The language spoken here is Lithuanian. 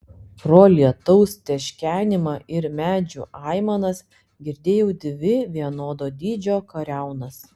pro lietaus teškenimą ir medžių aimanas girdėjau dvi vienodo dydžio kariaunas